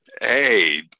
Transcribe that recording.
Hey